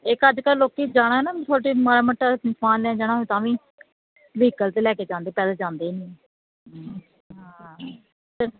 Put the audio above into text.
ਇੱਕ ਅੱਜ ਕੱਲ੍ਹ ਲੋਕੀ ਜਾਣਾ ਨਾ ਤੁਹਾਡੇ ਮਾੜਾ ਮੋਟਾ ਸਮਾਨ ਲਿਆਉਣ ਜਾਣਾ ਹੋਵੇ ਤਾਂ ਵੀ ਵਹੀਕਲ ਤੇ ਲੈ ਕੇ ਜਾਂਦੇ ਪੈਦਲ ਜਾਂਦੇ ਨਹੀਂ ਹਾਂ